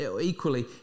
equally